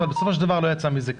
אבל בסופו של דבר לא יצא מזה כלום.